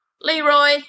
Leroy